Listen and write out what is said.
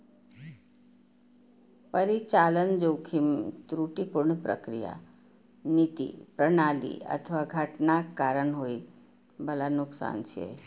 परिचालन जोखिम त्रुटिपूर्ण प्रक्रिया, नीति, प्रणाली अथवा घटनाक कारण होइ बला नुकसान छियै